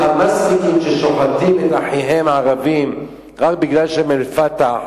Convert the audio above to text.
"חמאסניקים" ששוחטים את אחיהם הערבים רק בגלל שהם מה"פתח",